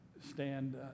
stand